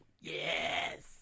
Yes